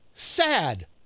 sad